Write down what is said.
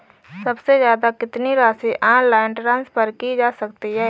सबसे ज़्यादा कितनी राशि ऑनलाइन ट्रांसफर की जा सकती है?